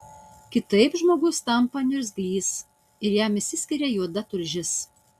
kitaip žmogus tampa niurgzlys ir jam išsiskiria juoda tulžis